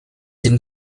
den